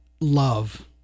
love